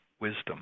wisdom